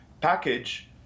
package